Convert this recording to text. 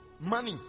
money